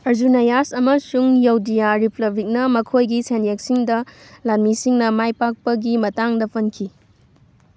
ꯑꯔꯖꯨꯟꯅꯌꯥꯁ ꯑꯃꯁꯨꯡ ꯌꯧꯙꯤꯌꯥ ꯔꯤꯄꯕ꯭ꯂꯤꯛꯅ ꯃꯈꯣꯏꯒꯤ ꯁꯦꯟꯌꯦꯛꯁꯤꯡꯗ ꯂꯥꯟꯃꯤꯁꯤꯡꯅ ꯃꯥꯏ ꯄꯥꯛꯄꯒꯤ ꯃꯇꯥꯡꯗ ꯄꯟꯈꯤ